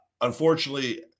Unfortunately